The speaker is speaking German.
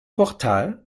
portal